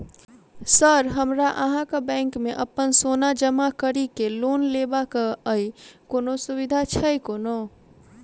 Sir हमरा अहाँक bank मे अप्पन सोना जमा करि केँ लोन लेबाक अई कोनो सुविधा छैय कोनो?